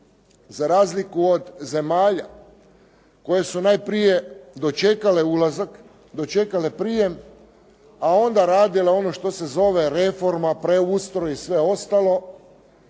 za razliku od zemalja koje su najprije dočekale ulazak, dočekale prijem, a onda radile ono što se zove reforma, preustroj i sve ostalo,